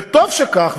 וטוב שכך,